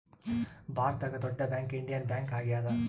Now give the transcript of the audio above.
ಭಾರತದಾಗ ದೊಡ್ಡ bank Indian Bank ಆಗ್ಯಾದ